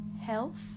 health